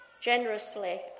generously